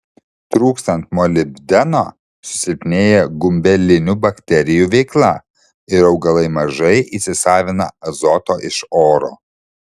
trūkstant molibdeno susilpnėja gumbelinių bakterijų veikla ir augalai mažai įsisavina azoto iš oro